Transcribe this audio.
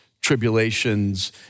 tribulations